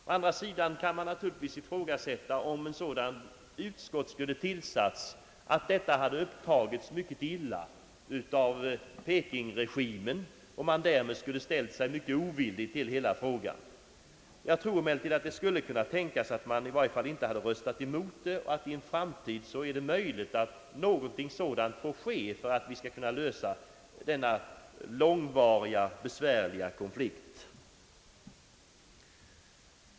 Å andra sidan kan man naturligtvis ifrågasätta om ett sådant utskott, om det tillsattes, inte hade uppfattats mycket illa av Pekingregimen och om man där inte skulle ställt sig mycket ovillig till hela frågan. Jag tror emellertid att det skulle kunna tänkas att man i varje fall inte hade röstat emot förslaget och att det i en framtid kan bli möjligt att något sådant får ske för att vi skall kunna lösa denna långvariga och besvärliga konflikt.